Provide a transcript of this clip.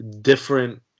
different